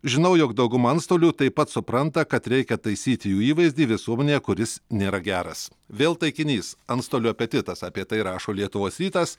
žinau jog dauguma antstolių taip pat supranta kad reikia taisyti jų įvaizdį visuomenėje kuris nėra geras vėl taikinys antstolių apetitas apie tai rašo lietuvos rytas